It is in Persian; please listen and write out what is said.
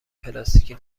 پلاستیکی